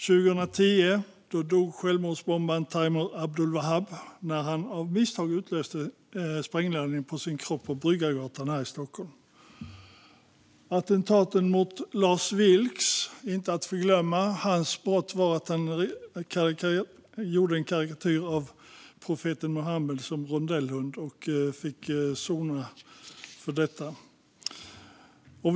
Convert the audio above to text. År 2010 dog självmordsbombaren Taimour Abdulwahab när han av misstag utlöste sprängladdningen på sin kropp på Bryggargatan här i Stockholm. Attentaten mot Lars Vilks är inte att förglömma. Hans brott var att han gjorde en karikatyr av profeten Muhammed som rondellhund, och för det fick han sona.